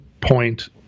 point